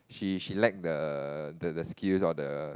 she she lack the the skills or the